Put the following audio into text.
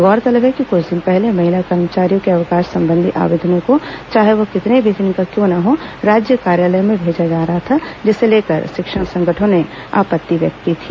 गौरतलब है कि कृछ दिन पहले महिला कर्मचारियों के अवकाश संबंधी आवेदनों को चाहे वह कितने भी दिन का क्यों न हो राज्य कार्यालय भेजा जा रहा था जिसे लेकर शिक्षक संगठनों ने आपत्ति व्यक्त की थी